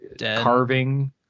carving